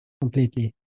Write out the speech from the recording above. Completely